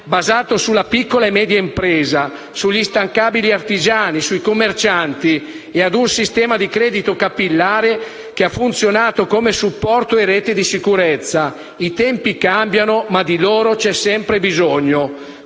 basato sulla piccola e media impresa, sugli instancabili artigiani, sui commercianti, e grazie ad un sistema di credito capillare che ha funzionato come supporto e rete di sicurezza. I tempi cambiano, ma di loro c'è sempre bisogno.